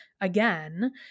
again